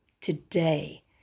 today